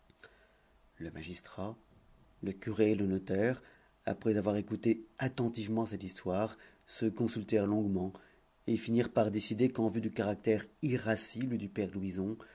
le magistrat le curé et le notaire après avoir écouté attentivement cette histoire se consultèrent longuement et finirent par décider qu'en vue du caractère irascible du père louison